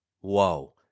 Whoa